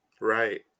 Right